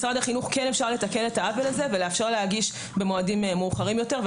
אפשר לתקן את ההבל הזה במשרד החינוך ולאפשר להגיש במועדים מאוחרים יותר.